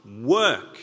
work